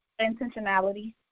Intentionality